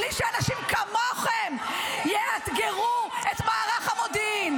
בלי שאנשים כמוכם יאתגרו את מערך המודיעין.